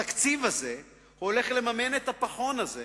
התקציב הזה הולך לממן את הפחון הזה